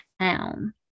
town